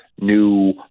new